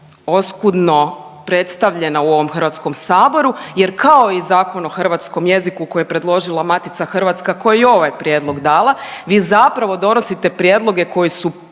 oskudno predstavljena u ovom HS jer kao i Zakon o hrvatskom jeziku koji je predložila Matica Hrvatska koja je i ovaj prijedlog dala, vi zapravo donosite prijedloge koji su